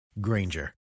Granger